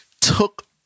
took